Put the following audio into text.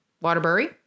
Waterbury